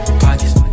pockets